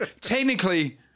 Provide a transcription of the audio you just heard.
technically